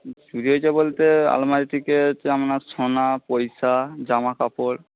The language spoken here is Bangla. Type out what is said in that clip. চুরি হয়েছে বলতে আলমারি থেকে হচ্ছে আপনার সোনা পয়সা জামাকাপড়